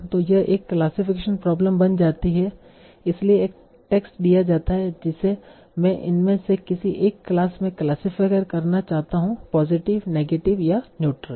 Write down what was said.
तो यह एक क्लासिफिकेशन प्रॉब्लम बन जाती है इसलिए एक टेक्स्ट दिया जाता है जिसे मैं इनमें से किसी एक क्लास में क्लासीफय करना चाहता हूं पॉजिटिव नेगेटिव या न्यूट्रल